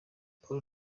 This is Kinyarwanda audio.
paul